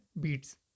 Beads